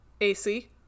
AC